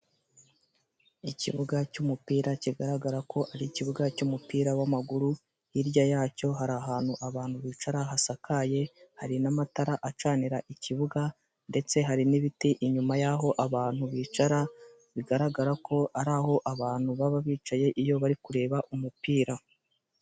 Ikibuga cy'umupira kigaragara ko ari ikibuga cy'umupira w'amaguru hirya yacyo hari ahantu abantu bicara hasakaye hari n'amatara acanira ikibuga ndetse hari n'ibiti inyuma y'aho abantu bicara bigaragara ko ari ahantu abantu baba bicaye iyo bari kureba umupira.